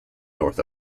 north